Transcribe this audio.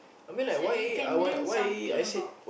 then so that you can learn something about